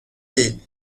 değil